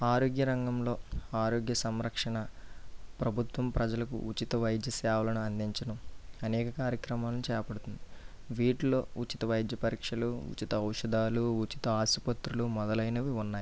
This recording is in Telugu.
ఆరోగ్య రంగంలో ఆరోగ్య సంరక్షణ ప్రభుత్వం ప్రజలకు ఉచిత వైద్య సేవలను అందించడం అనేక కార్యక్రమాలను చేపడుతుంది వీటిలో ఉచిత వైద్య పరీక్షలు ఉచిత ఔషధాలు ఉచిత ఆసుపత్రులు మొదలైనవి ఉన్నాయి